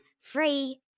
free